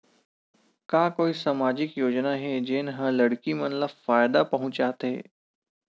का कोई समाजिक योजना हे, जेन हा लड़की मन ला फायदा पहुंचाथे?